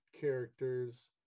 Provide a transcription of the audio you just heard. characters